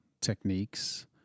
techniques